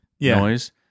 noise